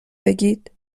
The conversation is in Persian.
بگید